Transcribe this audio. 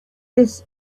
this